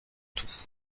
tout